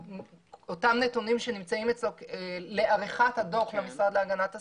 אותם נתונים שנמצאים אצלו לעריכת הדוח במשרד להגנת הסביבה.